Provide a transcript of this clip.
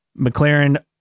McLaren